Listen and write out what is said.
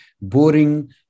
boring